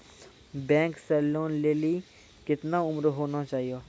Bank से loan लेली केतना उम्र होय केचाही?